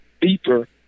deeper